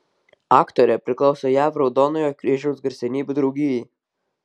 aktorė priklauso jav raudonojo kryžiaus garsenybių draugijai